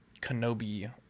Kenobi